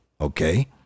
okay